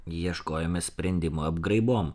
ieškojome sprendimo apgraibom